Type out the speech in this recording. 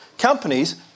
Companies